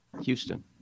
Houston